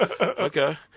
Okay